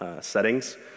settings